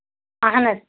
اَہن حظ